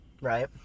right